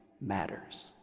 matters